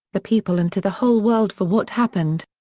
the people and to the whole world for what happened.